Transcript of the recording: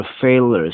failures